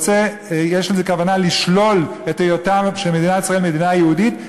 יש בזה כוונה לשלול את היותה של מדינת ישראל מדינה יהודית,